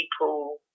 people